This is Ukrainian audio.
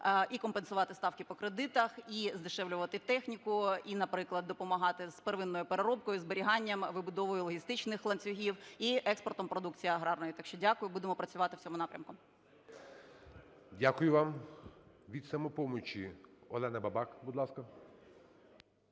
і компенсувати ставки по кредитах, і здешевлювати техніку, і, наприклад, допомагати з первинною переробкою, зберіганням, вибудовою логістичних ланцюгів і експортом продукції аграрної. Так що дякую, будемо працювати в цьому напрямку. ГОЛОВУЮЧИЙ. Дякую вам. Від "Самопомочі" Олена Бабак, будь ласка.